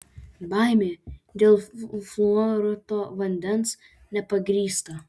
baimė dėl fluoruoto vandens nepagrįsta